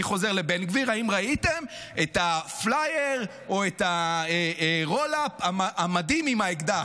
אני חוזר לבן גביר: האם ראיתם את הפלייר או את הרול-אפ המדהים עם האקדח?